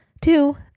Two